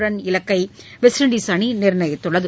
run இலக்கை West Indies அணி நிர்ணயித்துள்ளது